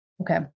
Okay